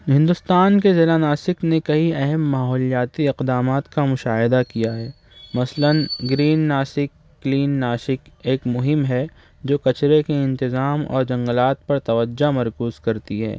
ہندوستان کے ضلع ناسک نے کئی اہم ماحولیاتی اقدامات کا مشاہدہ کیا ہے مثلاً گرین ناسک کلین ناسک ایک مہم ہے جو کچرے کے انتظام اور جنگلات پر توجہ مرکوز کرتی ہے